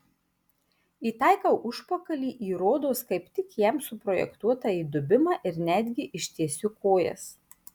įtaikau užpakalį į rodos kaip tik jam suprojektuotą įdubimą ir netgi ištiesiu kojas